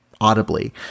audibly